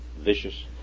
vicious